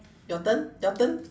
your turn your turn